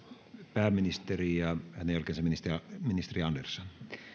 pääministeri ja hänen jälkeensä ministeri andersson